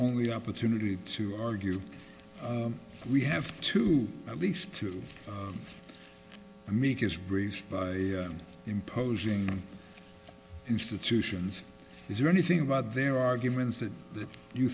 only opportunity to argue we have to at least to make is greece and imposing institutions is there anything about their arguments that you